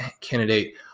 candidate